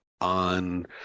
on